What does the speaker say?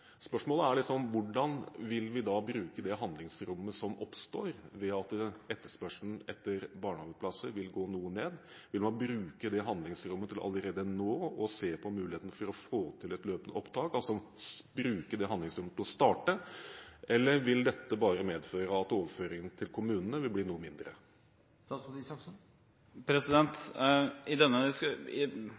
Spørsmålet er: Hvordan vil vi da bruke handlingsrommet som oppstår ved at etterspørselen etter barnehageplasser vil gå noe ned? Vil man bruke det handlingsrommet til allerede nå å se på muligheten for å få til et løpende opptak – altså bruke det handlingsrommet til å starte – eller vil dette bare medføre at overføringen til kommunene vil bli noe mindre? Når det gjelder det spørsmålet, mener jeg at det er viktig å ha to tanker i